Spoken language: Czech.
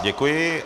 Děkuji.